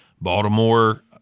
Baltimore